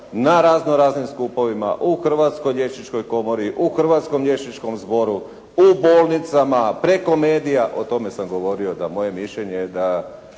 na razno raznim skupovima, u Hrvatskoj liječničkoj komori, u Hrvatskom liječničkom zboru, u bolnicama, preko medija, o tome sam govorio da moje mišljenje se moglo